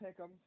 pick'em